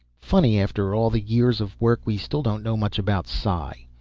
funny, after all the years of work we still don't know much about psi.